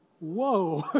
Whoa